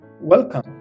Welcome